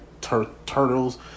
Turtles